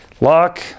lock